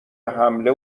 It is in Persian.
حمله